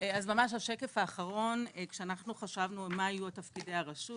כשאנחנו חשבנו מה יהיו תפקידי הרשות,